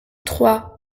trois